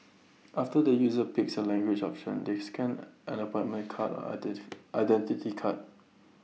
after the user picks A language option they scan an appointment card or Identity Card